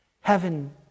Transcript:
Heaven